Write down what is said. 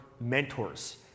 mentors